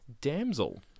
Damsel